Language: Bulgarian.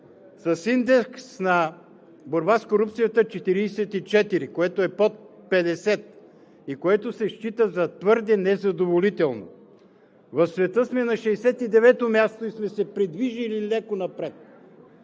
с индекс на борба с корупцията – 44, което е под 50 и се счита за твърде незадоволително. В света сме на 69-о място и сме се придвижили леко напред.